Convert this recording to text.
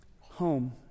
home